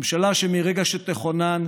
ממשלה שמרגע שתכונן,